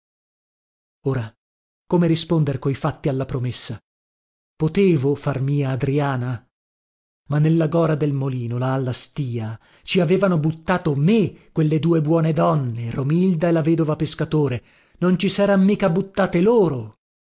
ora come risponder coi fatti alla promessa potevo far mia adriana ma nella gora del molino là alla stìa ci avevano buttato me quelle due buone donne romilda e la vedova pescatore non ci seran mica buttate loro